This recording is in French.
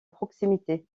proximité